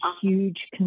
huge